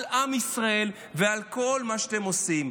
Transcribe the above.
על עם ישראל ועל כל מה שאתם עושים.